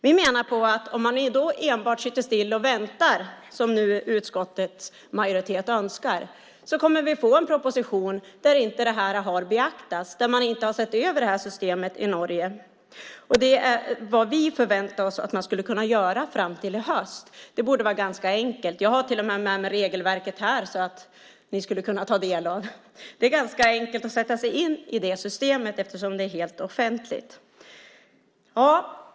Vi menar att om man enbart sitter still och väntar, som utskottets majoritet önskar, kommer vi att få en proposition där det här inte har beaktats - där man inte har sett över det norska systemet i Norge. Vi förväntar oss att man skulle kunna göra det fram till i höst. Det borde vara ganska enkelt. Jag har till och med regelverket med mig här för att ni ska kunna ta del av det. Det är ganska enkelt att sätta sig in i systemet eftersom det är helt offentligt.